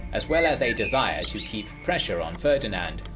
as well as a desire to keep pressure on ferdinand,